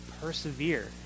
persevere